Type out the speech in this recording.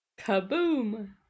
kaboom